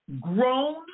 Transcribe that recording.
grown